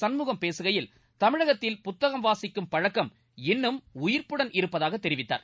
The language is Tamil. சண்முகம் பேசுகையில் தமிழகத்தில் புத்தகம் வாசிக்கும் பழக்கம் இன்னும் உயிர்ப்புடன் இருப்பதாக தெரிவித்தார்